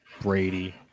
Brady